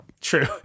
True